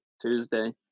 Tuesday